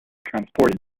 transported